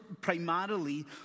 primarily